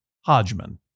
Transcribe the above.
Hodgman